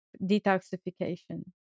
detoxification